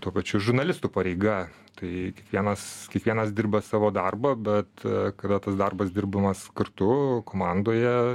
tuo pačiu ir žurnalistų pareiga tai kiekvienas kiekvienas dirba savo darbą bet kada tas darbas dirbamas kartu komandoje